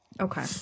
Okay